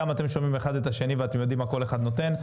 גם אתם שומעים אחד את השני ואתם יודעים מה כל אחד נותן.